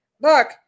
Look